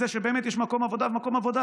בכך שיש מקום עבודה טוב,